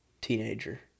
teenager